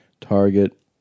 target